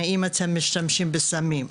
האם אתם משתמשים בסמים,